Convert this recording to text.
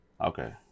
Okay